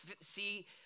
see